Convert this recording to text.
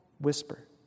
whisper